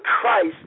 Christ